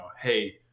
hey